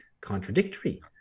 contradictory